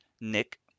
Nick